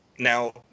Now